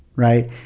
right?